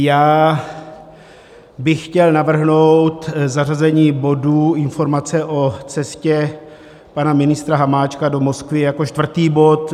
Já bych chtěl navrhnout zařazení bodu Informace o cestě pana ministra Hamáčka do Moskvy jako čtvrtý bod.